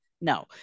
No